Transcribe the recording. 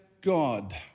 God